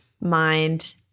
mind